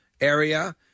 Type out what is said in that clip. area